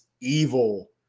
evil